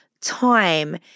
time